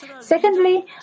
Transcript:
Secondly